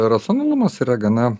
racionalumas yra gana